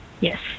Yes